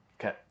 okay